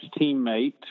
teammate